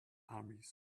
armies